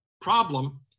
Problem